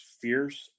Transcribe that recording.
fierce